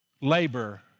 labor